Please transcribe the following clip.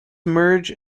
merge